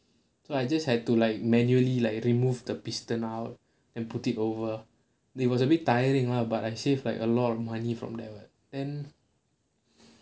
so I just had to like manually like remove the piston out and put it over it was a bit tiring lah but I save like a lot of money from there [what]